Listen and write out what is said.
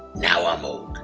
now i'm old.